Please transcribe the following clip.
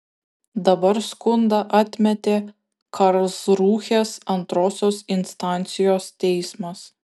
dabar skundą atmetė karlsrūhės antrosios instancijos teismas